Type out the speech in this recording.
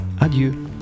adieu